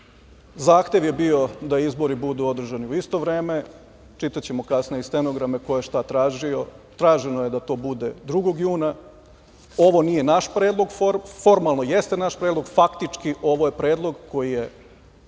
Zahtev je bio da izbori budu održani u isto vreme. Čitaćemo kasnije i stenograme ko je šta tražio. Traženo je da to bude 2. juna. Ovo nije naš predlog. Formalno jeste naš predlog, faktički ovo je predlog koji je